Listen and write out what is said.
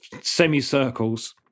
semicircles